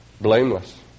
blameless